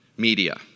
media